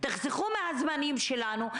תחסכו מהזמנים שלנו,